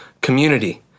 community